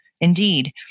Indeed